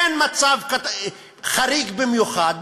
אין מצב חריג במיוחד,